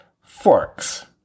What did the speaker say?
Forks